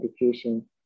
education